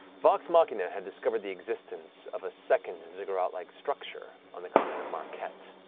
vox machina had discovered the existence of a second ziggurat-like structure on the continent of marquet, but